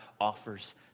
offers